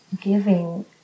giving